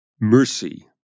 Mercy